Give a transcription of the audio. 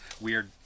weird